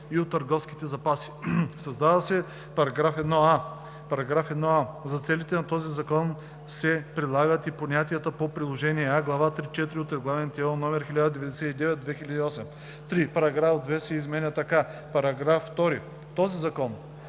и от търговските запаси. 2. Създава се § 1а: „§ 1а. За целите на този закон се прилагат и понятията по приложение А, глава 3.4 от Регламент (ЕО) № 1099/2008.“ 3. Параграф 2 се изменя така: „§ 2. Този закон: